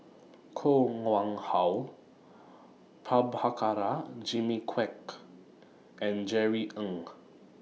Koh Nguang How Prabhakara Jimmy Quek and Jerry Ng